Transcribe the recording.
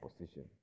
position